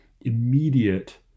immediate